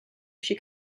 she